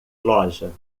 loja